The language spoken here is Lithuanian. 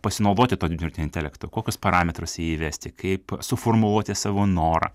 pasinaudoti tuo dirbtiniu intelektu kokius parametrus į jį įvesti kaip suformuluoti savo norą